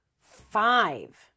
five